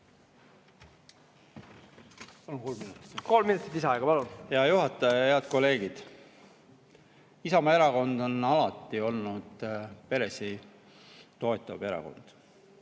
Kolm minutit lisaaega, palun! Hea juhataja! Head kolleegid! Isamaa Erakond on alati olnud peresid toetav erakond.